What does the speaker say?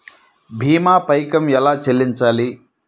భీమా పైకం ఎలా చెల్లించాలి?